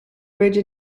bridge